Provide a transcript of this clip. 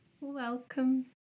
Welcome